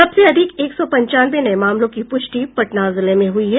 सबसे अधिक एक सौ पंचानवे नये मामलों की पुष्टि पटना जिले में हुई है